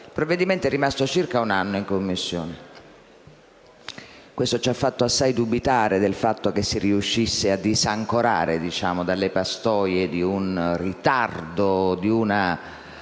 Il provvedimento in esame è rimasto circa un anno in Commissione. Questo ci ha fatto assai dubitare del fatto che lo si riuscisse a disancorare dalle pastoie di un ritardo, di un